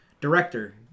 Director